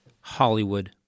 Hollywood